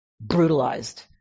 brutalized